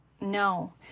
No